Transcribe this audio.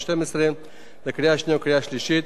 לקריאה שנייה ולקריאה שלישית, שאותה יזמה הממשלה.